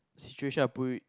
situation I put you